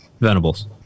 Venables